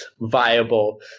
viable